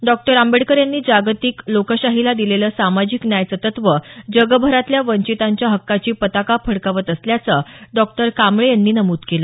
डॉ आंबेडकर यांनी जागतिक लोकशाहीला दिलेलं सामाजिक न्यायाचं तत्व जगभरातल्या वंचितांच्या हक्काची पताका फडकावत असल्याचं डॉ कांबळे यांनी नमूद केलं